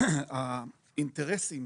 האינטרסים